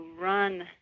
run